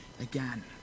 again